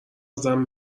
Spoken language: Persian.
ازم